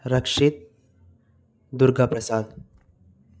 Rakshit Durgaprasad